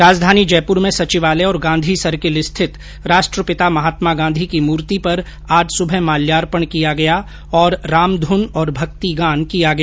राजधानी जयपुर में सचिवालय और गांधी सर्किल स्थित राष्ट्रपिता महात्मा गांधी की मूर्ति पर आज सूबह माल्यार्पण किया गया और रामध्न और भक्तिगान किया गया